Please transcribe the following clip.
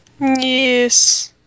Yes